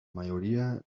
mayoría